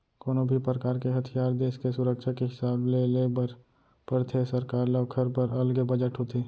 कोनो भी परकार के हथियार देस के सुरक्छा के हिसाब ले ले बर परथे सरकार ल ओखर बर अलगे बजट होथे